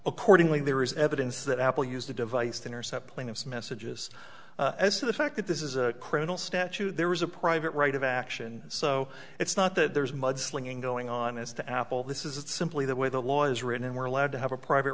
accordingly there is evidence that apple used a device to intercept plaintiff's messages as to the fact that this is a criminal statute there was a private right of action so it's not that there's mudslinging going on as to apple this is simply the way the law is written and we're allowed to have a private